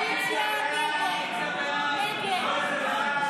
סעיף 39,